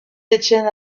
étienne